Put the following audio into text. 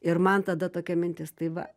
ir man tada tokia mintis tai va